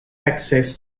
access